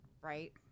Right